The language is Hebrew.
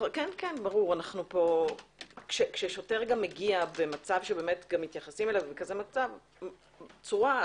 כששוטר מגיע ומתייחסים אליו בכזו צורה,